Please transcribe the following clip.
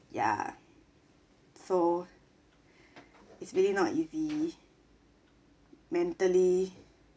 ya so it's really not easy mentally